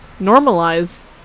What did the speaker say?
Normalize